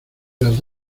las